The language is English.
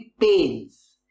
pains